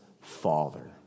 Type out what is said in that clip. Father